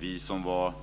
Vi som var